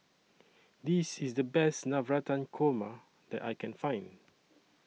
This IS The Best Navratan Korma that I Can Find